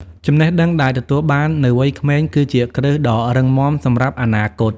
ចំណេះដឹងដែលទទួលបាននៅវ័យក្មេង គឺជាគ្រឹះដ៏រឹងមាំសម្រាប់អនាគត ។